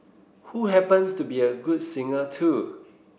who happens to be a good singer too